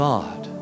God